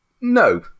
no